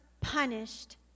punished